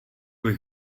bych